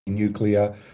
nuclear